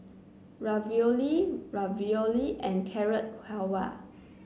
Ravioli Ravioli and Carrot Halwa